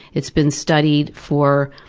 it's been studied for,